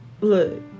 Look